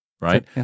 right